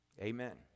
Amen